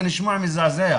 זה נשמע מזעזע.